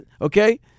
okay